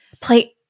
play